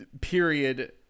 period